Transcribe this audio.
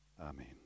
amen